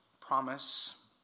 promise